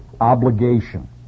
obligation